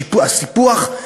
הסיפוח,